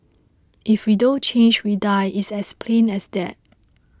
if we don't change we die it's as plain as that